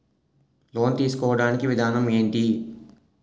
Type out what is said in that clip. Loan తీసుకోడానికి విధానం ఏంటి?